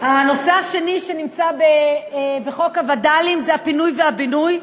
הנושא השני שנמצא בחוק הווד"לים זה הפינוי והבינוי.